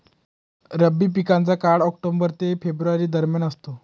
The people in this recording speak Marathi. रब्बी पिकांचा काळ ऑक्टोबर ते फेब्रुवारी दरम्यान असतो